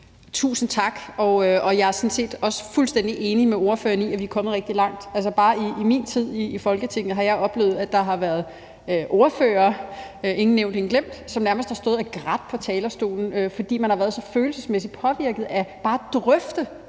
Tusind tak. Jeg er sådan set også fuldstændig enig med ordføreren i, at vi er kommet rigtig langt. Altså, bare i min tid i Folketinget har jeg oplevet, at der har været ordførere – ingen nævnt, ingen glemt – som nærmest har stået og grædt på talerstolen, fordi de har været så følelsesmæssigt påvirket af bare at drøfte